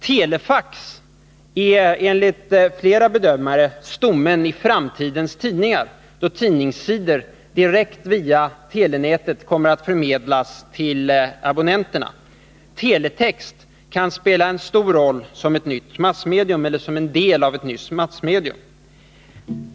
Telefax är enligt flera bedömare stommen i framtidens tidningar, då tidningssidor direkt, via telenätet, kommer att förmedlas till abonnenterna. Teletex kan spela en stor roll som ett nytt massmedium, eller en del av ett sådant.